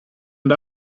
and